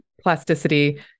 plasticity